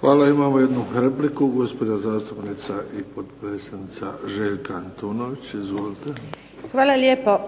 Hvala. Imamo jednu repliku. Gospođa zastupnica i potpredsjednica Željka Antunović. Izvolite. **Antunović, Željka (SDP)** Hvala lijepo.